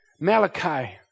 Malachi